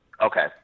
Okay